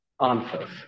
answers